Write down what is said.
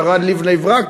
ירד לבני-ברק,